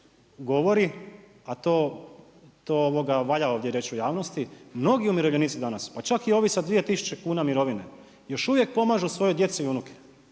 govori a to valja reći u javnosti, mnogi umirovljenici danas, pa čak i ovi sa 2000 kuna mirovine, još uvijek pomažu svojoj djeci i unukama.